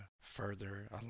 further